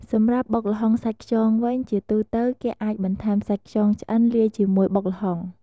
សម្រាប់បុកល្ហុងសាច់ខ្យងវិញ ជាទូទៅគេអាចបន្ថែមសាច់ខ្យងឆ្អិនលាយជាមួយបុកល្ហុង។